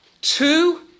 Two